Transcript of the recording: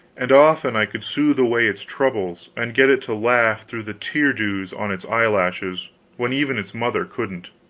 and often i could soothe away its troubles and get it to laugh through the tear-dews on its eye-lashes when even its mother couldn't.